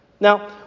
Now